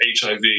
HIV